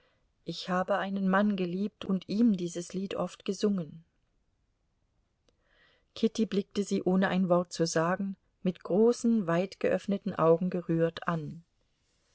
ich habe einen mann geliebt und ihm dieses lied oft gesungen kitty blickte sie ohne ein wort zu sagen mit großen weit geöffneten augen gerührt an